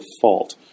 fault